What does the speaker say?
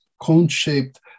cone-shaped